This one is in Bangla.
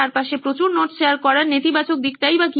চারপাশে প্রচুর নোটস শেয়ার করার নেতিবাচক দিকটা কি